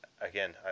again